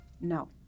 No